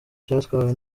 cyatwawe